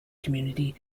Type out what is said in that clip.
community